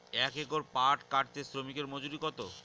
এক একর পাট কাটতে শ্রমিকের মজুরি কত?